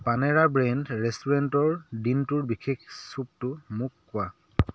পানেৰা brand ৰেষ্টুৰেণ্টৰ দিনটোৰ বিশেষ চুপটো মোক কোৱা